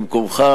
במקומך.